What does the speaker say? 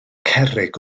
cerrig